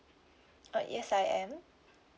uh yes I am